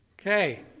Okay